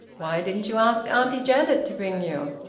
why didn't you ask auntie janet to bring you?